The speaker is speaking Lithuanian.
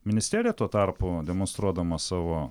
ministerija tuo tarpu demonstruodama savo